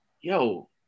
yo